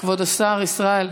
כבוד השר ישראל.